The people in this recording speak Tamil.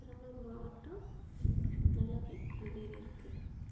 பெரம்பலூர் மாவட்டம் நல்லா முன்னேறியிருக்கு